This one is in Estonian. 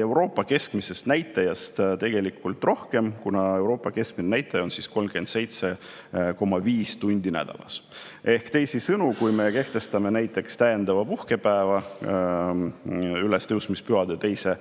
Euroopa keskmisest näitajast tegelikult rohkem, kuna Euroopa keskmine näitaja on 37,5 tundi nädalas. Ehk teisisõnu, kui me kehtestame näiteks täiendava puhkepäeva ülestõusmispühade teise